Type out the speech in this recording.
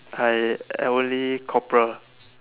I I only corporal